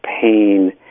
pain